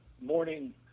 morning